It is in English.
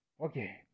Okay